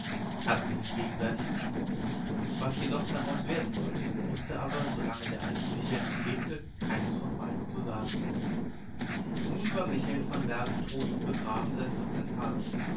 hatten sie sich gegenseitig geschworen was jedoch daraus werden sollte wußte aber solange der alte michael noch lebte keins von beiden zu sagen nun war michael van bergen tot und begraben seit vierzehn tagen